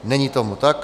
Není tomu tak.